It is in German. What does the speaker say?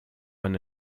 man